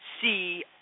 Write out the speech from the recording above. see